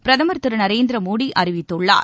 பிரதமர் திரு நரேந்திர மோடி அறிவித்துள்ளார்